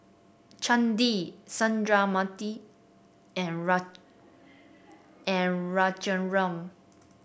Chandi Sundramoorthy and and Raghuram